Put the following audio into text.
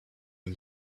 and